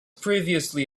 previously